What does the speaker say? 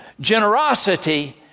generosity